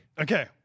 okay